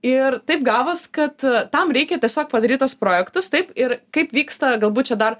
ir taip gavos kad tam reikia tiesiog padaryt tuos projektus taip ir kaip vyksta galbūt čia dar